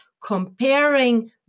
comparing